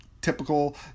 Typical